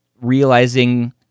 realizing